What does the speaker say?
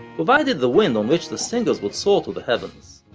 provided the wind on which the singers would soar to the heavens.